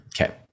okay